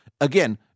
again